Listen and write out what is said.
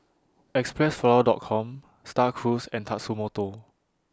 Xpressflower Docom STAR Cruise and Tatsumoto